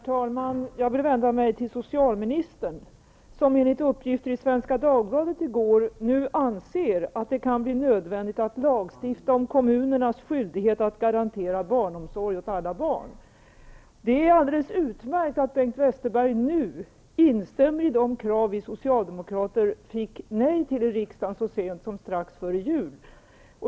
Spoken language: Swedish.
Herr talman! Jag vill vända mig till socialministern, som enligt uppgifter i Svenska Dagbladet i går anser att det kan bli nödvändigt att lagstifta om kommunernas skyldighet att garantera barnomsorg åt alla barn. Det är alldeles utmärkt att Bengt Westerberg nu instämmer i de krav som vi socialdemokrater fick nej till i riksdagen så sent som strax före jul.